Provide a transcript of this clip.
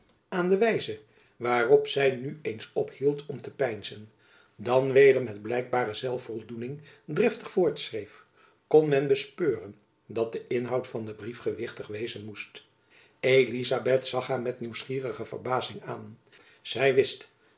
aan de wijze waarop zy nu eens ophield om te peinzen dan weder met blijkbare zelfvoldoening driftig voortschreef kon men bespeuren dat de inhoud van den brief gewichtig wezen moest elizabeth zag haar met nieuwsgierige verbazing aan zy wist